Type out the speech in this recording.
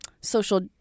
social